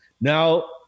now